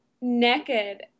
naked